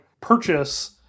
purchase